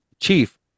chief